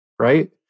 Right